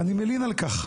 ואני מלין על כך,